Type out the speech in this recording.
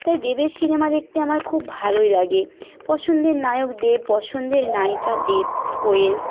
তাই দেবের সিনেমা দেখতে আমার খুব ভালোই লাগে পছন্দের নায়ক দেব পছন্দের নায়িকা দেব কোয়েল